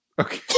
Okay